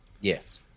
Yes